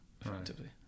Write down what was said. effectively